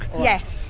Yes